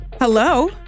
Hello